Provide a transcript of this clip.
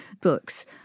books